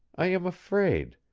i am afraid,